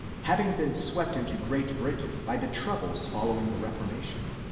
having been swept into great britain by the troubles following the reformation,